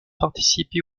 participé